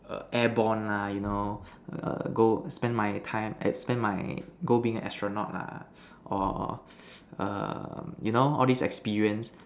err airborne lah you know err go spend my time spend my go being an astronaut lah or err you know all these experience